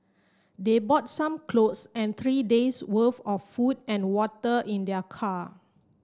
they bought some clothes and three days' worth of food and water in their car